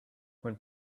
when